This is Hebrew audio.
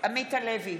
עמית הלוי,